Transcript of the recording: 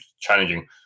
challenging